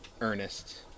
Ernest